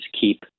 keep